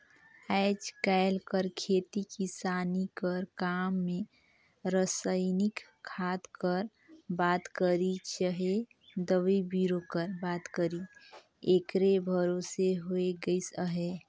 आएज काएल कर खेती किसानी कर काम में रसइनिक खाद कर बात करी चहे दवई बीरो कर बात करी एकरे भरोसे होए गइस अहे